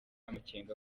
amakenga